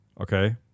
Okay